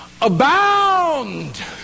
abound